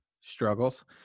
struggles